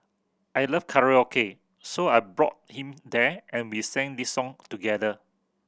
I love karaoke so I brought him there and we sang this song together